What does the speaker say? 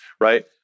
right